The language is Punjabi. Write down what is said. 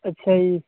ਅੱਛਾ ਜੀ